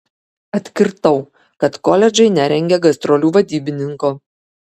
atkirtau kad koledžai nerengia gastrolių vadybininko